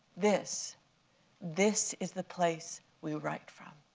this this is the place we write from.